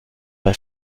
bei